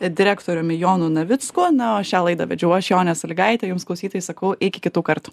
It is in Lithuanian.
direktoriumi jonu navicku na o šią laidą vedžiau aš jonė salygaitė jums klausytojai sakau iki kitų kartų